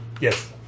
yes